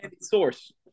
source